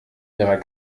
ihrer